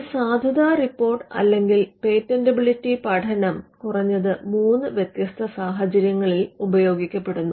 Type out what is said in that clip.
ഒരു സാധുതാ റിപ്പോർട്ട് അല്ലെങ്കിൽ പേറ്റന്റബിലിറ്റി പഠനം കുറഞ്ഞത് 3 വ്യത്യസ്ത സാഹചര്യങ്ങളിൽ ഉപയോഗിക്കപ്പെടുന്നു